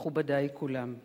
מכובדי כולם,